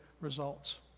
results